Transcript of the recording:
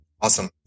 Awesome